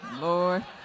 Lord